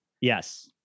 Yes